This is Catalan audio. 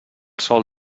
sol